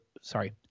sorry